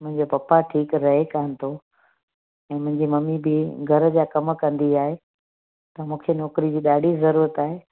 मुंहिंजो पप्पा ठीकु रहे कान थो ऐं मुंहिंजी मम्मी बि घर जा कम कंदी आहे त मूंखे नौकिरीअ जी ॾाढी ज़रूरत आहे